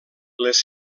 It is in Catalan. les